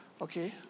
Okay